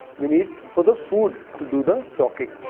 we need for the food to do the talking.